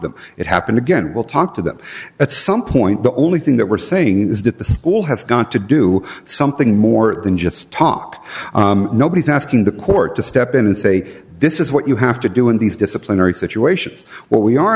them it happened again we'll talk to them at some point the only thing that we're saying is that the school has got to do something more than just talk nobody's asking the court to step in and say this is what you have to do in these disciplinary situations what we are